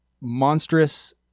monstrous